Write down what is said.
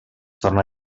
torna